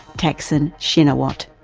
thaksin shinawat.